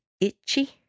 itchy